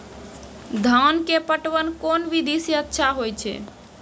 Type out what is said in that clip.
धान के पटवन कोन विधि सै अच्छा होय छै?